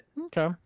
Okay